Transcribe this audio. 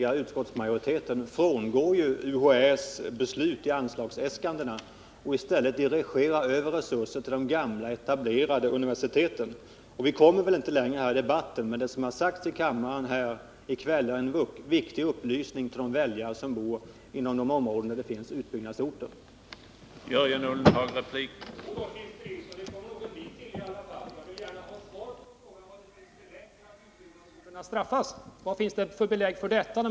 Herr talman! Jodå, Christer Nilsson, vi kommer nog ett stycke längre ändå. Jag vill ha ett svar på frågan vad Christer Nilsson har för belägg för att utbyggnadsorterna straffas — man föreslår ju ett antal nya miljoner för just dessa orter. Den frågan tycker jag att Christer Nilsson skall svara på.